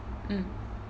mm